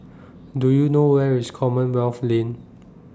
Do YOU know Where IS Commonwealth Lane